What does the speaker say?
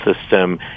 system